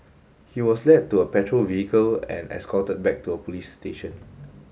he was led to a patrol vehicle and escorted back to a police station